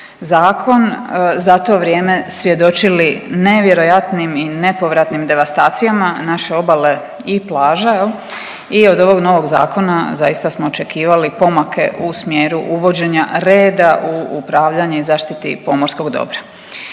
zakon za to vrijeme svjedočili nevjerojatnim i nepovratnim devastacijama naše obale i plaža i od ovog novog zakona zaista smo očekivali pomake u smjeru uvođenja reda u upravljanje i zaštiti pomorskog dobra.